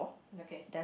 okay